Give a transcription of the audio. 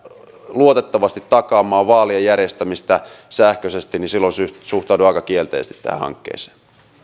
luotettavasti takaamaan vaalien järjestämistä sähköisesti niin silloin suhtaudun aika kielteisesti tähän hankkeeseen pyydän niitä